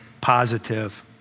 positive